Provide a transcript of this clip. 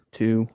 two